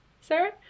Sarah